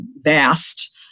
vast